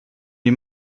die